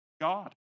God